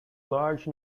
large